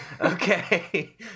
Okay